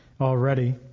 already